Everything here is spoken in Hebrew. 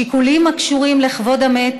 שיקולים הקשורים לכבוד המת,